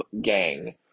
gang